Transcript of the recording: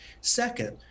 Second